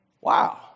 Wow